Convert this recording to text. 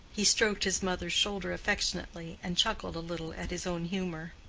he stroked his mother's shoulder affectionately, and chuckled a little at his own humor.